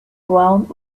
ground